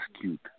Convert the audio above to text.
cute